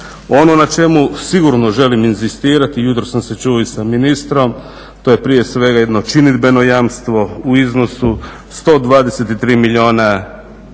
Ono na čemu sigurno želim inzistirati, ujutro sam se čuo i sa ministrom, to je prije svega jedno činidbeno jamstvo u iznosu 123 milijuna